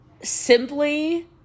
simply